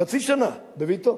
חצי שנה, בביתו.